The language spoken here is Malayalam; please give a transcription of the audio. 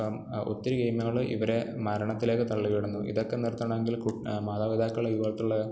ഇപ്പം ഒത്തിരി ഗെയിമുകൾ ഇവരെ മരണത്തിലേക്കു തള്ളി വിടുന്നു ഇതൊക്കെ നിർത്തണമെങ്കിൽ കു മാതാപിതാക്കൾ ഇതുപോലത്തുള്ള